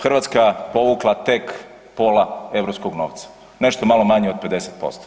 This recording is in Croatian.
Hrvatska povukla tek pola europskog novca, nešto malo manje od 50%